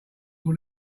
will